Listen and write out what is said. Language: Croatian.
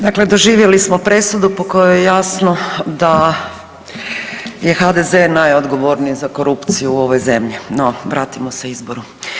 Dakle doživjeli smo presudu, po kojoj je jasno da je HDZ najodgovorniji za korupciju u ovoj zemlji, no vratimo se izboru.